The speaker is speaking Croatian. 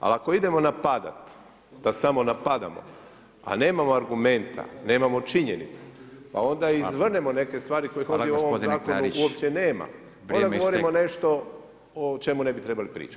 Ali ako idemo napadati, da samo napadamo a nemamo argumenta, nemamo činjenica pa onda izvrnemo neke stvari kojih ovdje u ovom zakonu uopće nema, onda govorimo nešto o čemu ne bi trebali pričati.